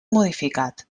modificat